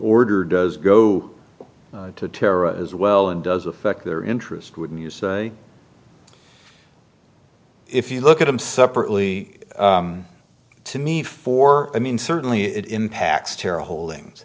order does go to tara as well and does affect their interest wouldn't you say if you look at them separately to me for i mean certainly it impacts terra holdings